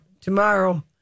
tomorrow